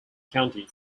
county